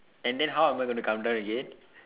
and then how am I going to come down again